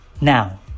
now